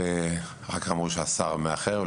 ואחר כך אמרו שהשר מאחר.